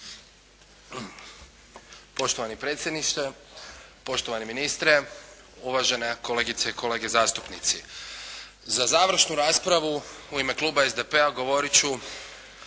Poštovani predsjedniče, poštovani ministre, uvažene kolegice i kolege zastupnici. Za završnu raspravu u ime kluba SDP-a govoriti ću